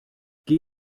geh